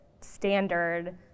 standard